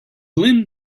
lin